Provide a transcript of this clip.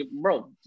bro